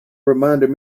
reminded